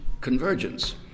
convergence